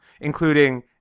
including